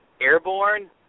airborne